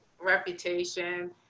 reputation